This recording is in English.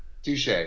Touche